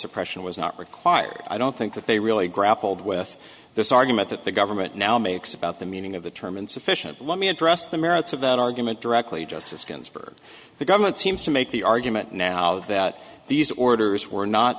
suppression was not required i don't think that they really grappled with this argument that the government now makes about the meaning of the term insufficient let me address the merits of that argument directly justice ginsburg the government seems to make the argument now that these orders were not